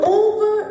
over